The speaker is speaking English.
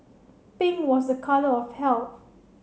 pink was a colour of health